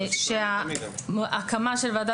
יש להם